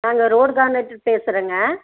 நாங்கள் road contractor பேசுகிறேங்க